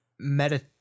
meta